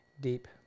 deep